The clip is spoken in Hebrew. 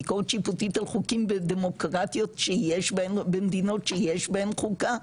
ביקורת שיפוטית על חוקים בדמוקרטיות במדינות שיש בהן חוקה,